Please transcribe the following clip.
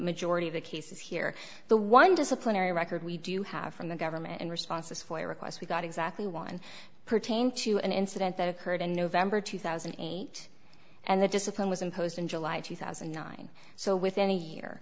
majority of the cases here the one disciplinary record we do have from the government in response was for a request we got exactly one pertain to an incident that occurred in november two thousand and eight and the discipline was imposed in july two thousand and nine so within a year